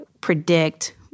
predict